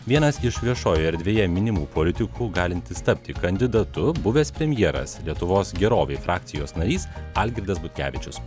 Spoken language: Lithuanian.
vienas iš viešojoje erdvėje minimų politikų galintis tapti kandidatu buvęs premjeras lietuvos gerovei frakcijos narys algirdas butkevičius